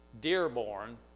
Dearborn